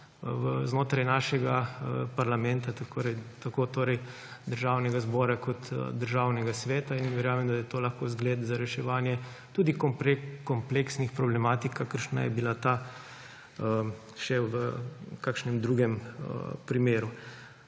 znotraj našega parlamenta, torej Državnega zbora in Državnega sveta; in verjamem, da je to lahko zgled za reševanje tudi kompleksnih problematik, kakršna je bila ta, še v kakšnem drugem primeru;